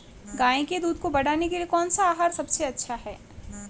गाय के दूध को बढ़ाने के लिए कौनसा आहार सबसे अच्छा है?